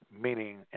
meaning